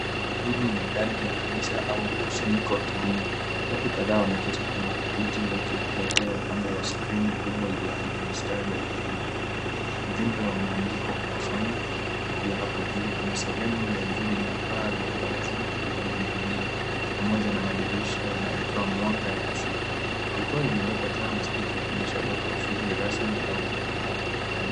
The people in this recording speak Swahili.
Eneo hili ni ndani ya kanisa au mkusanyiko wa kidini. Watu kadhaa wameketi kwenye viti wakielekea upande wa skrini kubwa iliyoandikwa mistari ya bibilia. Ujumbe wa mwandiko unasomwa na pia hapo juu. Kuna sehemu ya juu na ina paa ya wazi yenye mihimili pamoja na madirisha yanayotoa mwanga ya asili jukwaa limewekwaa taa na spika ikionyesha uwepo rasmi ya kipande ya kanisa.